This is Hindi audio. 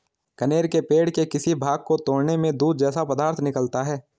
कनेर के पेड़ के किसी भाग को तोड़ने में दूध जैसा पदार्थ निकलता है